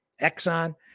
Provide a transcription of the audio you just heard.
Exxon